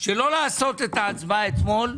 שלא לעשות את ההצבעה אתמול,